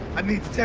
i need to tell